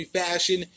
fashion